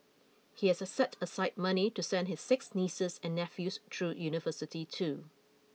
he has set aside money to send his six nieces and nephews through university too